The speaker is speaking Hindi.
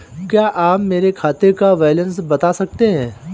क्या आप मेरे खाते का बैलेंस बता सकते हैं?